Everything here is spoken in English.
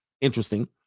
interesting